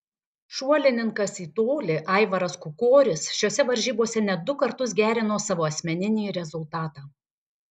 šuolininkas į tolį aivaras kukoris šiose varžybose net du kartus gerino savo asmeninį rezultatą